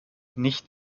nicht